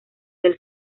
del